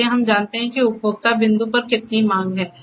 इसलिए हम जानते हैं कि उपभोक्ता बिंदु पर कितनी मांग है